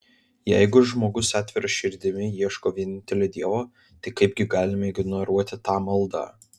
jeigu žmogus atvira širdimi ieško vienintelio dievo tai kaipgi galime ignoruoti tą maldą